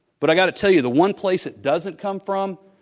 but i gotta tell you the one place it doesn't come from,